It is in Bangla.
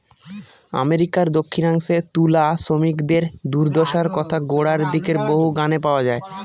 আমেরিকার দক্ষিনাংশে তুলা শ্রমিকদের দূর্দশার কথা গোড়ার দিকের বহু গানে পাওয়া যায়